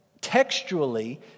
Textually